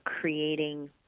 creating